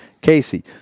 Casey